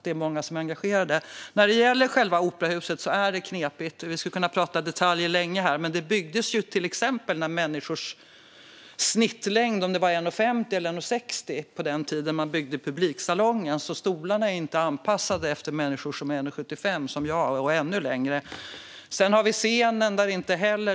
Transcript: Det är knepigt med operahuset, och vi kan prata detaljer länge. Huset byggdes när till exempel människors snittlängd var 150-160 centimeter, så stolarna i publiksalongen är inte anpassade efter människor som är 175, som jag, eller ännu längre. Sedan har vi scenen.